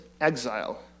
Exile